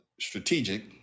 strategic